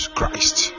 Christ